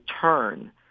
turn